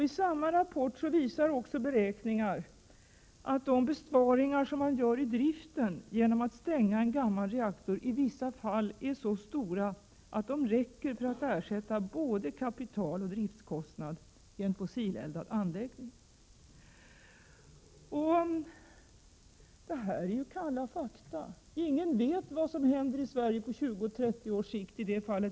I samma rapport visar också beräkningar att de besparingar man gör vid driften genom att stänga en gammal reaktor i vissa fall är så stora att de räcker för att ersätta både kapitaloch driftkostnad i en fossileldad anläggning. Detta är kalla fakta. Ingen vet vad som kommer att hända i Sverige på 20-30 års sikt.